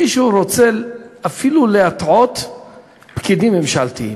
מישהו רוצה אפילו להטעות פקידים ממשלתיים.